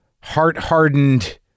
heart-hardened